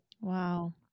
Wow